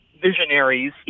visionaries